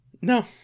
No